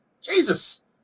Jesus